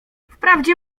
wprawdzie